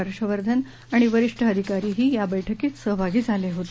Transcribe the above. हर्षवर्धन आणि वरिष्ठ अधिकारी ही या बैठकीत सहभागी झाले होते